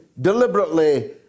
deliberately